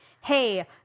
hey